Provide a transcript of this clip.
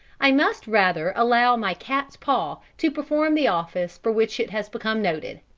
i must rather allow my cat's-paw to perform the office for which it has become noted,